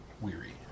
weary